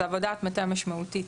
זו עבודת מטה משמעותית.